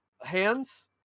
hands